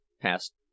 passed